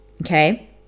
Okay